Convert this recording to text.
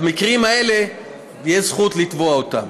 במקרים האלה תהיה זכות לתבוע אותם.